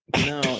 No